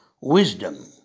wisdom